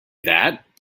that